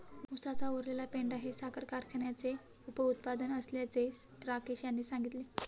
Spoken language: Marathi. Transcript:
उसाचा उरलेला पेंढा हे साखर कारखान्याचे उपउत्पादन असल्याचे राकेश यांनी सांगितले